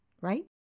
Right